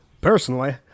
Personally